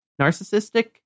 narcissistic